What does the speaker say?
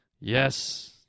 yes